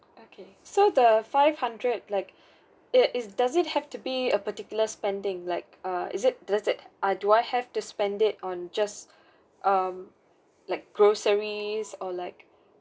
okay so the five hundred like it is does it have to be a particular spending like uh is it does that uh do I have to spend it on just um like groceries or like